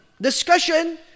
discussion